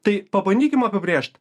tai pabandykim apibrėžt